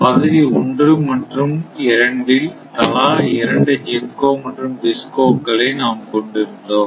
பகுதி ஒன்று மற்றும் இரண்டில் தலா இரண்டு GENCO மற்றும் DISCO களை நாம் கொண்டிருந்தோம்